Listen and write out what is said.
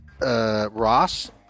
Ross